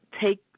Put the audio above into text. take